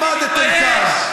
עמדתם כאן,